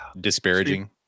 disparaging